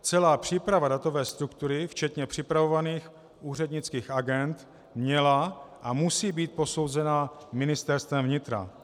Celá příprava datové struktury včetně připravovaných úřednických agend měla a musí být posouzena Ministerstvem vnitra.